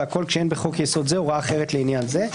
והכל כשאין בחוק יסוד זה הוראה אחרת לעניין זה.".